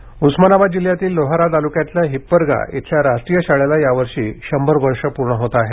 शाळा रुमारक उस्मानाबाद जिल्ह्यातील लोहारा तालुक्यातील हिप्परगा इथल्या राष्ट्रीय शाळेला यावर्षी शंभर वर्ष पूर्ण झाली आहेत